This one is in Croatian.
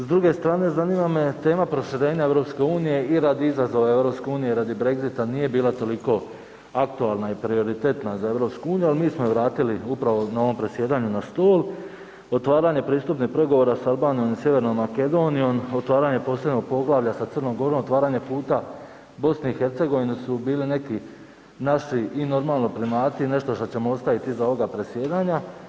S druge strane zanima me tema proširenja EU u radi izazova EU i radi Brexita nije bila toliko aktualna i prioritetna za EU, ali mi smo je vratili upravo na ovom predsjedanju na stol otvaranje predpristupnih pregovora sa Albanijom i Sjevernom Makedonijom, otvaranjem posebnog poglavlja sa Crnom Gorom, otvaranjem puta BiH su bili neki način i normalno … i nešto što ćemo ostaviti iza ovoga predsjedanja.